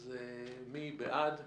אז מי בעד?